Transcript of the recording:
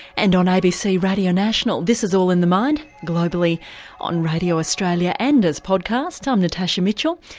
and on abc radio national this is all in the mind globally on radio australia and as podcast, i'm natasha mitchell.